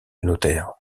notaire